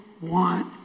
want